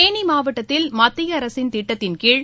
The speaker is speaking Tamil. தேனி மாவட்டத்தில் மத்திய அரசின் திட்டத்தின்கீழ்